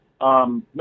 no